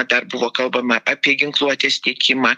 dar buvo kalbama apie ginkluotės tiekimą